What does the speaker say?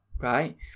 Right